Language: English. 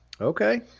Okay